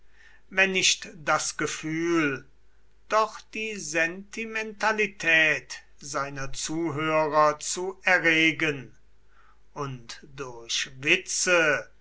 wenn nicht das gefühl doch die sentimentalität seiner zuhörer zu erregen und durch witze